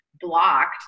blocked